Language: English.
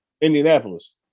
Indianapolis